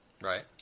right